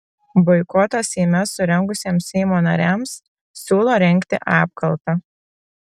boikotą seime surengusiems seimo nariams siūlo rengti apkaltą